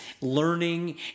learning